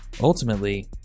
ultimately